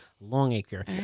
Longacre